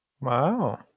wow